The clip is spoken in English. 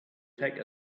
take